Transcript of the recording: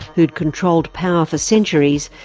who had controlled power for centuries,